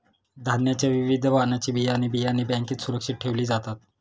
धान्याच्या विविध वाणाची बियाणे, बियाणे बँकेत सुरक्षित ठेवले जातात